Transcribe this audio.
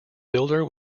builder